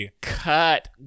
cut